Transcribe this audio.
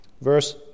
Verse